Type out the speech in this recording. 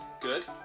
good